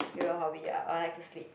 your hobby ah I like to sleep